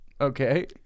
Okay